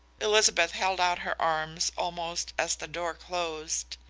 elizabeth held out her arms almost as the door closed.